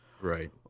Right